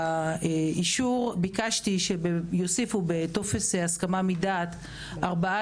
לאישור ביקשתי שיוסיפו בטופס הסכמה מדעת ארבעה